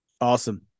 Awesome